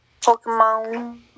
Pokemon